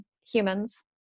humans